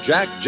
Jack